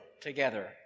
together